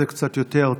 זה שוד אחר,